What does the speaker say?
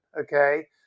okay